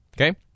Okay